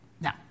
Now